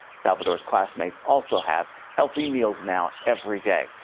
salvador's classmates also have healthy meals now, every day.